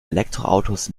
elektroautos